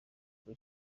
uko